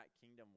kingdom